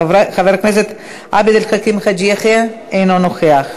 חבר הכנסת עבד אל חכים חאג' יחיא, אינו נוכח.